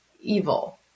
evil